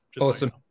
awesome